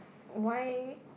why